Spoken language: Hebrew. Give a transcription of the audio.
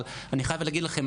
אבל אני חייב להגיד לכם,